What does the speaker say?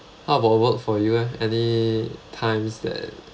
how about work for you eh any times that